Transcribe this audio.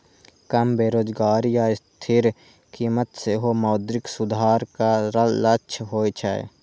कम बेरोजगारी आ स्थिर कीमत सेहो मौद्रिक सुधारक लक्ष्य होइ छै